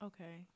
Okay